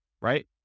right